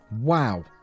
wow